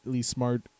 smart